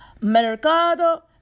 Mercado